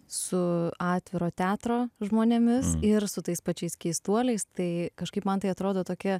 su atviro teatro žmonėmis ir su tais pačiais keistuoliais tai kažkaip man tai atrodo tokia